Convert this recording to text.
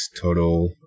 Total